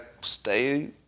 stay